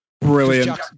Brilliant